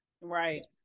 Right